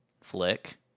flick